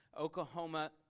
Oklahoma